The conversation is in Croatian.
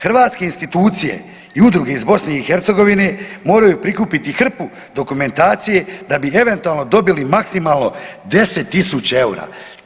Hrvatske institucije i udruge iz BiH moraju prikupiti hrpu dokumentacije da bi eventualno dobili maksimalno 10.000 eura.